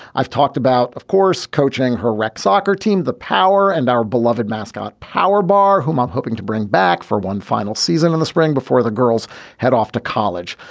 i've talked about, of course, coaching her rec soccer team, the power and our beloved mascot, powerbar, whom i'm hoping to bring back for one final season in the spring before the girls head off to college.